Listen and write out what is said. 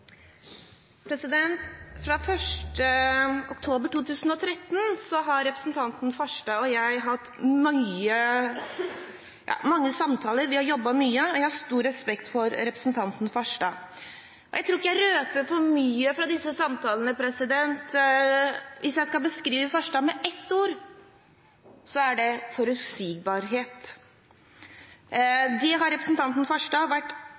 Farstad og jeg hatt mange samtaler og jobbet mye sammen, og jeg har stor respekt for representanten Farstad. Jeg tror ikke jeg røper for mye fra disse samtalene hvis jeg beskriver Farstad med ett ord, og det ordet er «forutsigbarhet». Det er noe som representanten Farstad har vært